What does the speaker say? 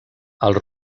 els